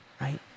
right